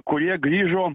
kurie grįžo